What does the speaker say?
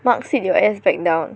Mark sit your ass back down